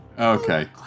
Okay